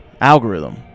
algorithm